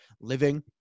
living